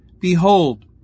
Behold